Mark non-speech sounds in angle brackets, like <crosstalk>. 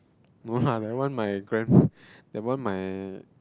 no lah that one my grand <laughs> that one my